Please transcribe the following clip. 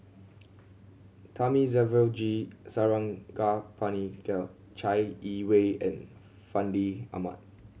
Thamizhavel G Sarangapani Chai Yee Wei and Fandi Ahmad